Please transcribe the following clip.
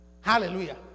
Hallelujah